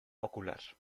ocular